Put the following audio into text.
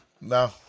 No